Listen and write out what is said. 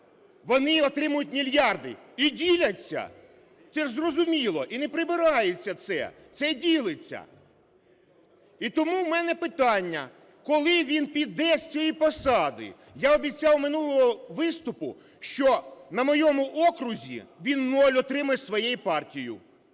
вони отримують мільярди і діляться. Це ж зрозуміло, і не прибирається це, це ділиться. І тому в мене питання: коли він піде з цієї посади? Я обіцяв минулого виступу, що на моєму окрузі він нуль отримає із своєю партією.